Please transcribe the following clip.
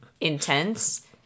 intense